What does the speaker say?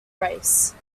race